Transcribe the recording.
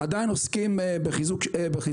עדיין עוסקים בחיזוקם.